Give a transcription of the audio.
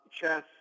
chess